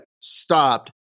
stopped